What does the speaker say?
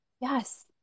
Yes